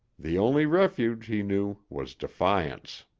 the only refuge he knew was defiance.